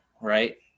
right